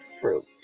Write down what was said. fruit